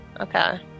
okay